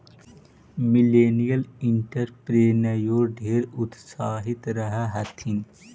millennial entrepreneur ढेर उत्साहित रह हथिन